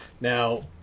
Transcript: now